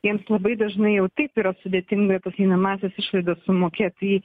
jiems labai dažnai jau taip yra sudėtinga tas einamąsias išlaidas sumokėt tai